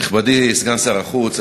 נכבדי סגן שר החוץ,